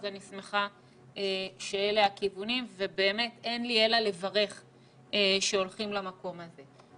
אז אני שמחה שאלה הכיוונים ובאמת אין לי אלא לברך שהולכים למקום הזה.